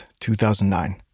2009